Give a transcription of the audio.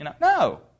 No